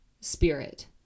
Spirit